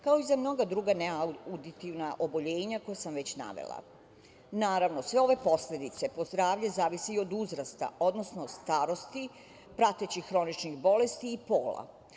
Kao i za mnoga druga neauditivna oboljenja koja sam već navela, naravno, sve ove posledice po zdravlje zavise od uzrasta, odnosno starosti, pratećih hroničnih bolesti i pola.